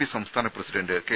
P സംസ്ഥാന president K